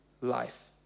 life